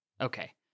Okay